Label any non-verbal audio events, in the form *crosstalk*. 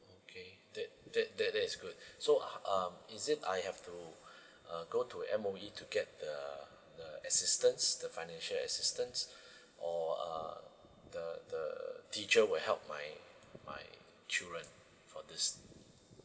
okay that that that that's good *breath* so uh um is it I have to *breath* uh go to M_O_E to get the the assistance the financial assistance or uh the the teacher will help my my children for this